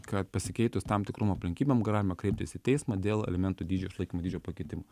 kad pasikeitus tam tikrom aplinkybėm galima kreiptis į teismą dėl alimentų dydžio išlaikymo dydžio pakeitimo